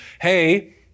hey